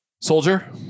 Soldier